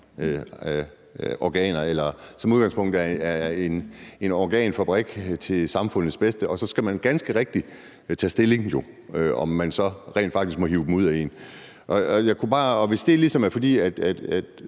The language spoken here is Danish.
organer, eller om man som udgangspunkt er en organfabrik til samfundets bedste. Så skal man jo ganske rigtigt tage stilling til, om nogen så rent faktisk må hive dem ud af en. Hvis det ligesom er, fordi